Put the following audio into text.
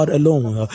alone